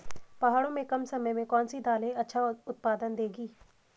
पहाड़ों में कम समय में कौन सी दालें अच्छा उत्पादन देंगी?